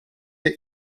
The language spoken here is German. der